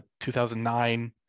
2009